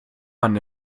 man